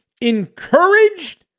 encouraged